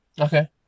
okay